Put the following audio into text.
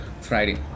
Friday